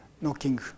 knocking